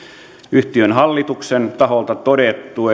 yhtiön hallituksen taholta todettu